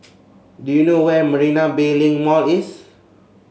do you know where Marina Bay Link Mall is